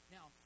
Now